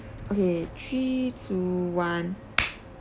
okay three two one